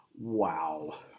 Wow